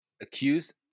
accused